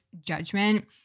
judgment